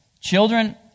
Children